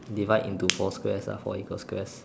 divide into four squares ah four equal squares